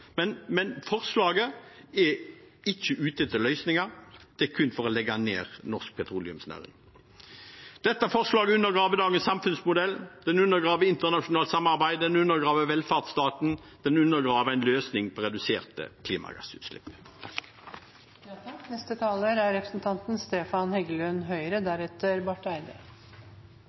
Men forslaget er ikke ute etter løsninger, det er kun for å legge ned norsk petroleumsnæring. Dette forslaget undergraver dagens samfunnsmodell, det undergraver internasjonalt samarbeid, det undergraver velferdsstaten, og det undergraver en løsning for reduserte klimagassutslipp.